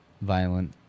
violent